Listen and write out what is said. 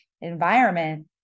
environment